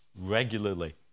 regularly